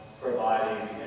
providing